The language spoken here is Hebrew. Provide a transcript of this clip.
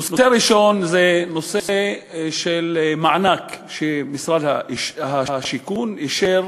הנושא הראשון הוא המענק שמשרד השיכון אישר